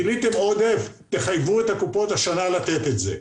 גיליתם עודף - תחייבו את הקופות לתת את זה השנה.